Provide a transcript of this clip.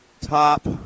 top